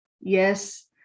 Yes